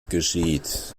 geschieht